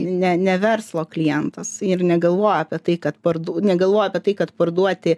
ne ne verslo klientas ir negalvoja apie tai kad parduo negalvojau apie tai kad parduoti